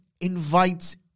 invites